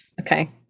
Okay